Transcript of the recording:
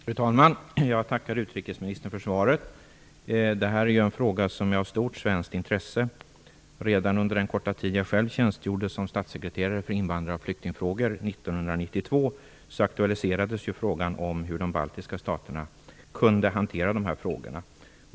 Fru talman! Jag tackar utrikesministern för svaret. Detta är ju en fråga som är av stort svenskt intresse. Redan under den korta tid som jag själv tjänstgjorde som statssekreterare för invandrar och flyktingfrågor 1992 aktualiserades frågan om hur de baltiska staterna kunde hantera dessa frågor.